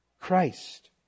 Christ